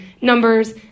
numbers